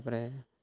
ତା'ପରେ